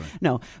no